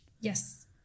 Yes